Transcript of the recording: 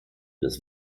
des